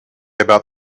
about